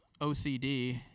OCD